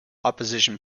opposition